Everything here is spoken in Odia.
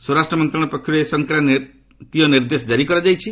ସ୍ୱରାଷ୍ଟ୍ର ମନ୍ତ୍ରଣାଳୟ ପକ୍ଷରୁ ଏ ସଂକ୍ରାନ୍ତୀୟ ନିର୍ଦ୍ଦେଶ କାରି କରାଯାଇଛି